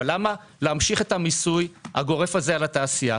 למה להמשיך את המיסוי הגורף הזה על התעשייה?